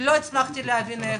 לא הצלחתי להבין איך.